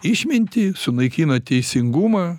išmintį sunaikina teisingumą